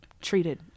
treated